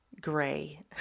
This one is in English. gray